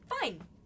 Fine